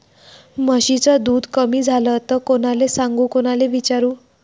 म्हशीचं दूध कमी झालं त कोनाले सांगू कोनाले विचारू?